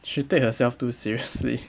she take herself too seriously